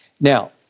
Now